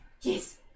Yes